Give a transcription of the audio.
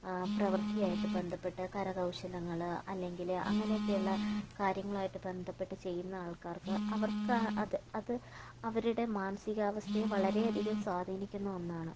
പ്രവർത്തി ആയിട്ട് ബന്ധപ്പെട്ട് കരകൗശലങ്ങള് അല്ലെങ്കില് അങ്ങനെയൊക്കെയുള്ള കാര്യങ്ങളായിട്ട് ബന്ധപ്പെട്ട് ചെയ്യുന്ന ആൾക്കാർക്ക് അവർക്ക് അത് അത് അവരുടെ മാനസികാവസ്ഥയെ വളരെയധികം സ്വാധീനിക്കുന്ന ഒന്നാണ്